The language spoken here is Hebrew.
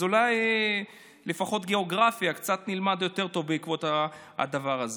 אז אולי לפחות גיאוגרפיה נלמד קצת יותר טוב בעקבות הדבר הזה.